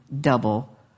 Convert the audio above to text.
double